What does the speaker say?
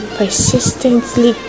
persistently